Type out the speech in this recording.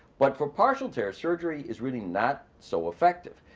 but for partial tear surgery is really not so effective.